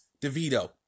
DeVito